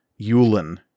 Yulin